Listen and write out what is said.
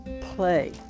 play